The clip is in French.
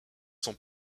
sont